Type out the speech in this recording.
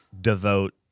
devote